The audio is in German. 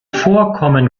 vorkommen